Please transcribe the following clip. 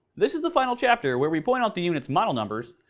this is the final chapter where we point out the unit's model numbers,